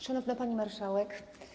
Szanowna Pani Marszałek!